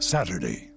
Saturday